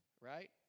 right